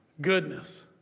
goodness